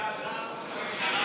זה על דעת ראש הממשלה, מה שאתה אומר?